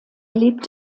lebt